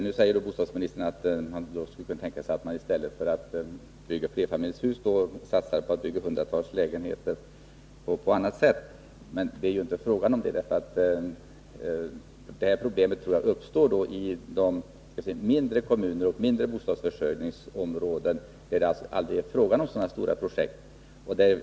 Nu säger bostadsministern att man i stället för att bygga flerfamiljshus skulle kunna satsa på att bygga hundratals lägenheter på annat sätt. Men det är ju inte fråga om det. Det här problemet uppstår i de mindre kommuner och mindre bostadsförsörjningsområden, där det aldrig är fråga om så stora projekt.